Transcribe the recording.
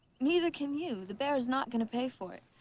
neither can you. the bear's not going to pay for it.